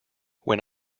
when